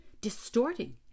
distorting